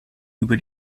über